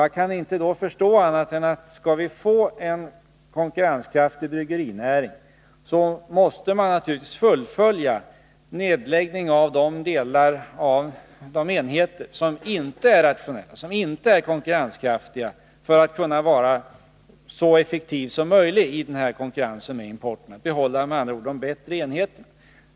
Jag kan inte förstå annat än att skall vi få en konkurrenskraftig bryggerinäring, så måste vi naturligtvis fullfölja nedläggningen av de enheter som inte är rationella och som inte är konkurrenskraftiga, för att vi skall kunna vara så effektiva som möjligt i konkurrensen med importen och med andra ord behålla de bättre enheterna.